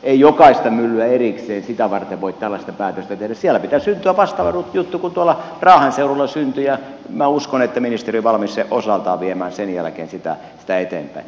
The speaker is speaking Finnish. ei jokaista myllyä varten erikseen voi tällaista päätöstä tehdä siellä pitää syntyä vastaava juttu kuin tuolla raahen seudulla syntyi ja minä uskon että ministeri on valmis osaltaan viemään sen jälkeen sitä eteenpäin